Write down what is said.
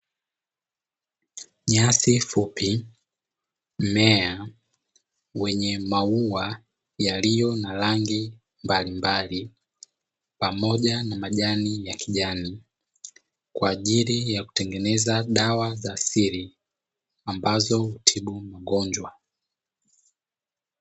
Nyasi fupi, mmea wenye maua yaliyo na rangi mbalimbali pamoja na majani ya kijani kwa ajili ya kutengeneza dawa za asili ambazo hutibu magonjwa.